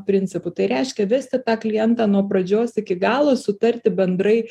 principu tai reiškia vesti tą klientą nuo pradžios iki galo sutarti bendrai